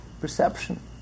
perception